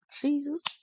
Jesus